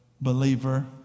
believer